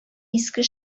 иске